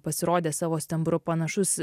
pasirodė savo stembru panašus